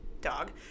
dog